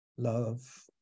Love